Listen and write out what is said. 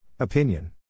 Opinion